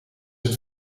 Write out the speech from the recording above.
het